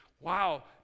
Wow